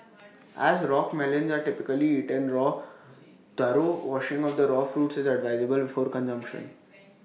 as rock melons are typically eaten raw thorough washing of the raw fruits is advisable before consumption